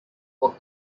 were